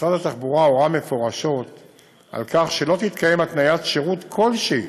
משרד התחבורה הורה מפורשות על כך שלא תתקיים התניית שירות כלשהי